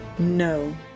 No